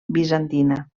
bizantina